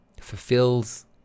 fulfills